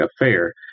affair